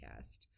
Podcast